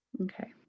Okay